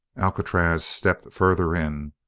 alcatraz stepped further in.